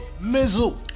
Mizzle